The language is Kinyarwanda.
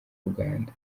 uganda